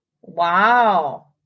Wow